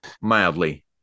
Mildly